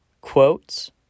quotes